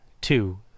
two